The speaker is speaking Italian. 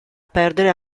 perdere